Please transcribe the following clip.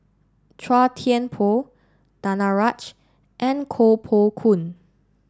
Chua Thian Poh Danaraj and Koh Poh Koon